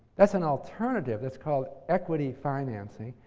that's an alternative. that's called equity financing.